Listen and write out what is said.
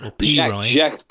Jack